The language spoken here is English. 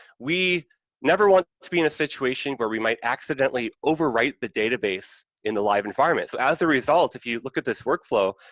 we never want to be in a situation where we might accidentally overwrite the database in the live environment. so, as a result, if you look at this work flow,